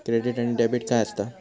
Credit आणि debit काय असता?